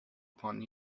upon